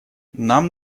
нам